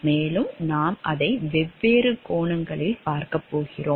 மேலும் நாம் அதை வெவ்வேறு கோணங்களில் பார்க்கப் போகிறோம்